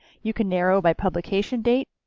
you can narrow by publication date,